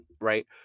right